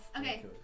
okay